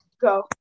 go